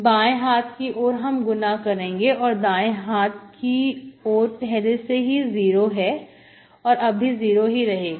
बाएं हाथ की ओर हम गुणा करेंगे और दाएं हाथ की और पहले से ही 0 है तो अब भी 0 ही रहेगा